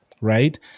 right